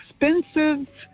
expensive